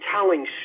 telling